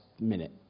minute